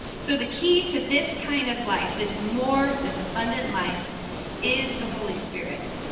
so the key to this kind of life, this more, this abundant life is the holy spirit.